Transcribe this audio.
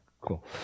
cool